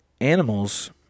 Animals